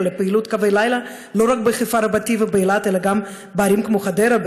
לפעילות קווי לילה לא רק בחיפה רבתי ובאילת אלא גם בערים כמו חדרה,